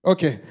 Okay